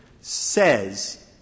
says